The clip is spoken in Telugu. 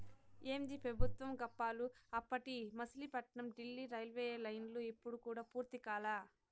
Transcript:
ఏందీ పెబుత్వం గప్పాలు, అప్పటి మసిలీపట్నం డీల్లీ రైల్వేలైను ఇప్పుడు కూడా పూర్తి కాలా